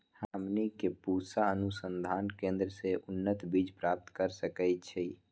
हमनी के पूसा अनुसंधान केंद्र से उन्नत बीज प्राप्त कर सकैछे?